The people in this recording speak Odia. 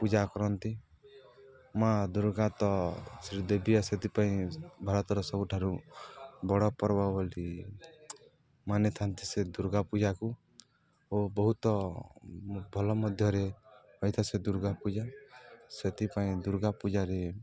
ପୂଜା କରନ୍ତି ମାଆ ଦୁର୍ଗା ତ ଶ୍ରୀ ଦେବିଆ ସେଥିପାଇଁ ଭାରତର ସବୁଠାରୁ ବଡ଼ ପର୍ବ ବୋଲି ମାନିଥାନ୍ତି ସେ ଦୁର୍ଗା ପୂଜାକୁ ଓ ବହୁତ ଭଲ ମଧ୍ୟରେ ହୋଇଥାଏ ସେ ଦୁର୍ଗା ପୂଜା ସେଥିପାଇଁ ଦୁର୍ଗା ପୂଜାରେ